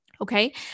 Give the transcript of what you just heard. Okay